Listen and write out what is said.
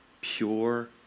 pure